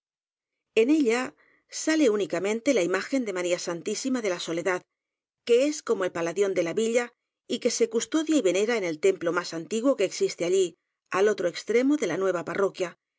en ella sale únicamente la imagen de maría san tísima de la soledad que es como el paladión de la villa y que se custodia y venera en el templo más antiguo que existe allí al otro extremo de la nueva parroquia